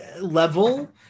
level